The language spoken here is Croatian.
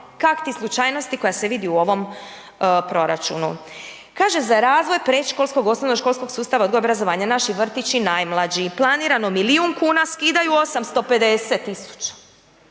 kakti slučajnosti koja se vidi u ovom proračunu. Kaže za razvoj predškolskog, osnovnoškolskog sustava, odgoj, obrazovanje, naši vrtići, najmlađi. Planirano milijun kuna, skidaju 850 tisuća.